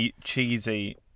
cheesy